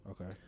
Okay